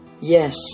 yes